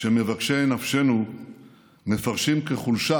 שמבקשי נפשנו מפרשים כחולשה